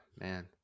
man